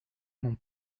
mon